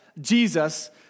Jesus